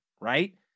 right